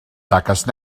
taques